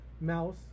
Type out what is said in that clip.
Mouse